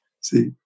See